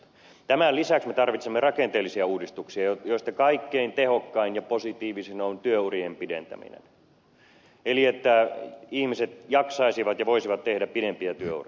tämän lisäksi me tarvitsemme rakenteellisia uudistuksia joista kaikkein tehokkain ja positiivisin on työurien pidentäminen eli että ihmiset jaksaisivat ja voisivat tehdä pidempiä työuria